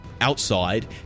Outside